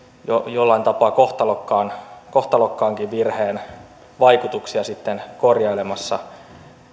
jollain tapaa kohtalokkaankin kohtalokkaankin virheen vaikutuksia sitten korjailemassa